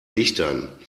lichtern